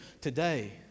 today